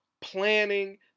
planning